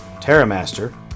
Terramaster